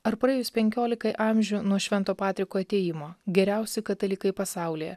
ar praėjus penkiolikai amžių nuo švento patriko atėjimo geriausi katalikai pasaulyje